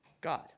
God